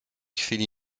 chwili